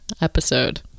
episode